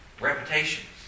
reputations